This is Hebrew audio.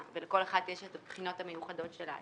ולכל אחת יש את הבחינות המיוחדת שלה,